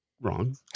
wrong